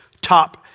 top